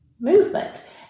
movement